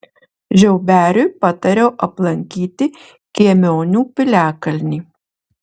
žiauberiui patariau aplankyti kiemionių piliakalnį